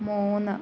മൂന്ന്